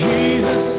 Jesus